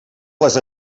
les